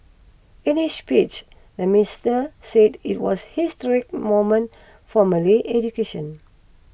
in his speech the minister said it was historic moment for Malay education